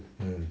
mmhmm